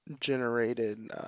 generated